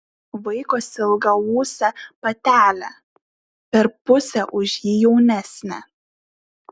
vaikosi ilgaūsę patelę per pusę už jį jaunesnę